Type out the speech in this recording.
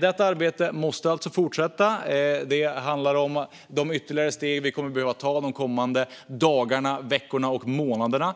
Detta arbete måste fortsätta. Det handlar om de ytterligare steg som vi kommer att behöva ta de kommande dagarna, veckorna och månaderna.